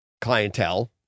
clientele